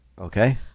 Okay